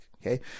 Okay